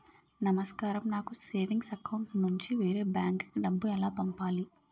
నమస్కారం నాకు savings account నుంచి వేరే బ్యాంక్ కి డబ్బు ఎలా పంపాలి?